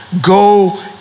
Go